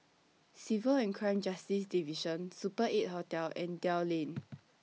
Civil and Crime Justice Division Super eight Hotel and Dell Lane